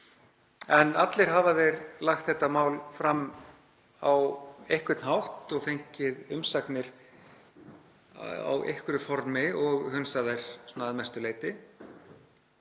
en allir hafa þeir lagt þetta mál fram á einhvern hátt og fengið umsagnir á einhverju formi og hunsað þær að mestu leyti.